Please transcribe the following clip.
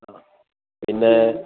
ആ പിന്നേ